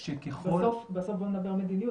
בסוף בוא נדבר על מדיניות,